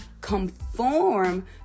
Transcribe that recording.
conform